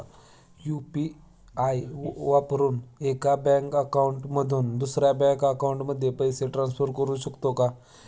UPI वापरून एका bank account मधून दुसऱ्या बँक अकाउंटमध्ये पैसे ट्रान्सफर करू शकतो का?